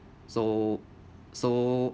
so so